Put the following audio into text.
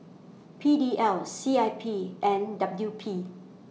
P D L C I P and W P